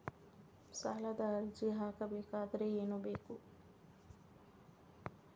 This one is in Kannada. ಸಾಲದ ಅರ್ಜಿ ಹಾಕಬೇಕಾದರೆ ಏನು ಬೇಕು?